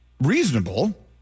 reasonable